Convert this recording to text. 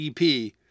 EP